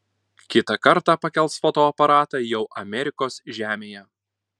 kitą kartą pakels fotoaparatą jau amerikos žemėje